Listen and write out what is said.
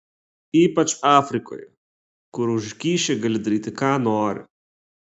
ypač afrikoje kur už kyšį gali daryti ką nori